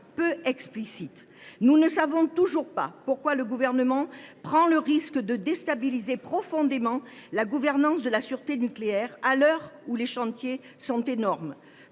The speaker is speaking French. peu explicites. Nous ne savons toujours pas pourquoi le Gouvernement prend le risque de déstabiliser profondément la gouvernance de la sûreté nucléaire, à l’heure où les chantiers sont énormes